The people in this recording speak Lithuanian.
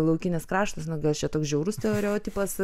laukinis kraštas nu gal čia toks žiaurus stereotipas